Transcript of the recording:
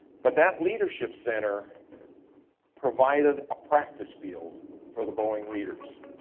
but that leadership center provided a practice field for the boeing leaders.